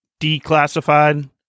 declassified